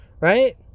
right